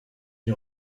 vit